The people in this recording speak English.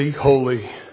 holy